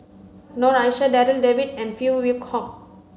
Noor Aishah Darryl David and Phey Yew Kok